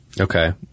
Okay